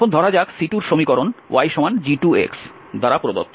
এবং ধরা যাক যে C2এর সমীকরণ yg2 দ্বারা প্রদত্ত